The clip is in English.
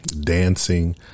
dancing